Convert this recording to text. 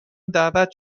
دعوت